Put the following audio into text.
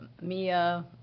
Mia